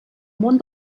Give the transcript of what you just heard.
món